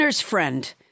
friend